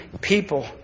people